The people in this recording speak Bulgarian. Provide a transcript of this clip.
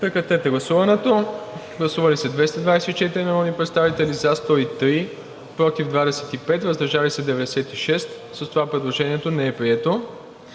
прегласуване. Гласували 224 народни представители: за 103, против 25, въздържали се 96. С това предложението не е прието.